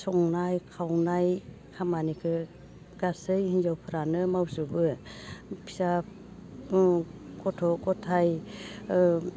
संनाय खावनाय खामानिखौ गासै हिनजावफ्रानो मावजोबो फिसा गथ' गथाय ओ